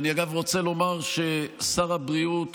אגב, אני רוצה לומר ששר הבריאות